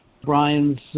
brian's